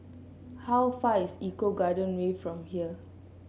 how far away is Eco Garden Way from here